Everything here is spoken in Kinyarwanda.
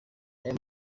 aya